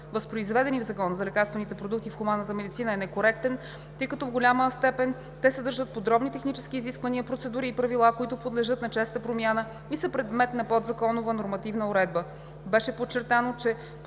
възпроизведени в Закона за лекарствените продукти в хуманната медицина е некоректен, тъй като в голяма степен те съдържат подробни технически изисквания, процедури и правила, които подлежат на честа промяна и са предмет на подзаконова нормативна уредба.